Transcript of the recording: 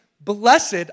Blessed